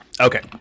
Okay